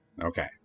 Okay